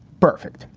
perfect.